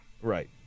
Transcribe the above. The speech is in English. Right